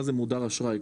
מה זה מודר אשראי,